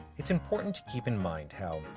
it's important to keep in mind how,